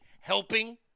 helping